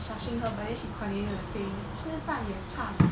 shushing her but then she continue to sing 吃饭也唱